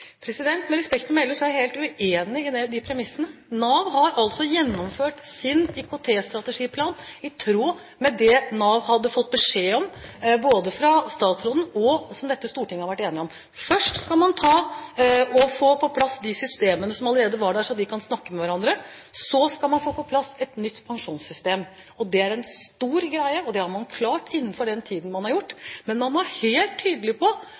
Med respekt å melde: Jeg er helt uenig i de premissene. Nav har gjennomført sin IKT-strategiplan i tråd med det Nav hadde fått beskjed om fra statsråden, og det er også noe dette stortinget har vært enig om. Først skal man få på plass de systemene som allerede var der, slik at de kan snakke med hverandre, og så skal man få på plass et nytt pensjonssystem. Det er en stor greie, og det har man klart å gjøre innenfor den tiden man har hatt. Men man var helt tydelig på